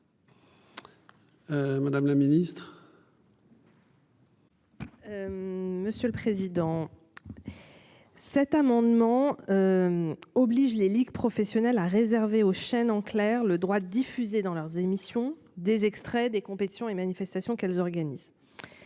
Madame la Ministre. Monsieur le président. Cet amendement. Oblige les ligues professionnelles a réservé aux chaînes en clair le droit diffusée dans leur émission des extraits des compétitions et manifestations qu'elles organisent.